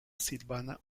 silvana